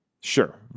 Sure